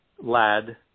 lad